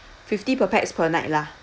fifty per pax per night lah